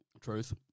Truth